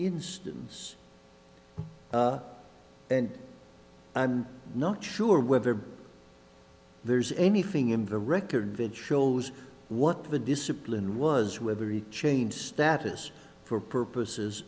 instance and i'm not sure whether there's anything in the record shows what the discipline was whether he changed status for purposes